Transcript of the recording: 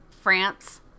france